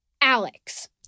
Alex